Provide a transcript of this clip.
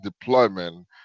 deployment